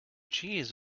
cheese